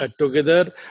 together